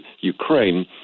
Ukraine